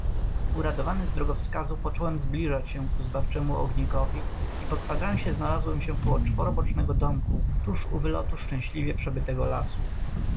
uradowany z drogowskazu począłem zbliżać się ku zbawczemu ognikowi i po kwandransie znalazłem się koło czworobocznego domku tuż u wylotu szczęśliwie przebytego lasu